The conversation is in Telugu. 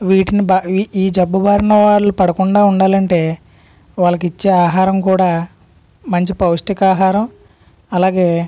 వీటిని బా ఈ ఈ జబ్బు బారిన వాళ్ళు పడకుండా ఉండాలంటే వాళ్ళకి ఇచ్చే ఆహారం కూడా మంచి పౌష్టికాహారం అలాగే